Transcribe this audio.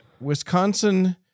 Wisconsin